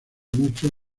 mucho